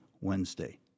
Wednesday